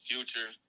Future